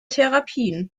therapien